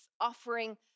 offering